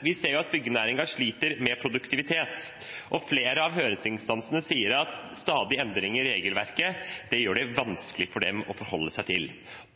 Vi ser at byggenæringen sliter med produktiviteten, og flere av høringsinstansene sier at stadige endringer i regelverket er det vanskelig for dem å forholde seg til.